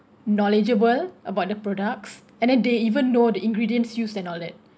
knowledgeable about their products and then they even know the ingredients use and all that